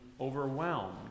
overwhelmed